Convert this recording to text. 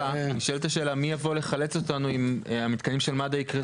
נשאלת השאלה מי יבוא לחלץ אותנו אם המתקנים של מד"א יקרסו?